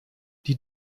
die